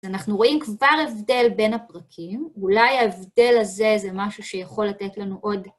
אנחנו רואים כבר הבדל בין הפרקים, אולי ההבדל הזה זה משהו שיכול לתת לנו עוד...